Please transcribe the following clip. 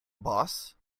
boss